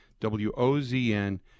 W-O-Z-N